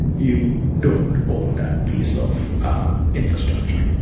you don't own that piece of ah infrastructure